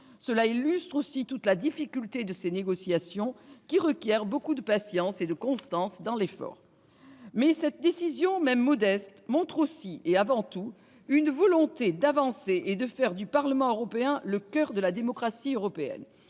Cela illustre aussi toute la difficulté de ces négociations, qui requièrent beaucoup de patience et de constance dans l'effort. Mais cette décision, même modeste, montre aussi, et avant tout, une volonté d'avancer et de faire du Parlement européen le coeur de la démocratie européenne.